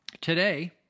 Today